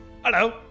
Hello